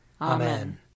Amen